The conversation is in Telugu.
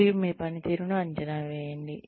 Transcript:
మరియు మీ పనితీరును అంచనా వేయండి